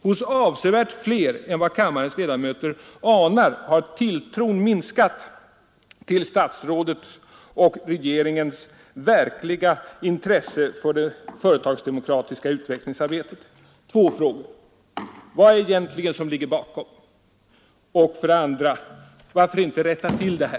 Hos avsevärt fler än vad kammarens ledamöter anar har tilltron minskat till statsrådets och regeringens verkliga intresse för det företagsdemokratiska utvecklingsarbetet. Två frågor: Vad ligger egentligen bakom? Varför inte rätta till detta?